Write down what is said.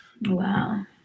Wow